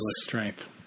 strength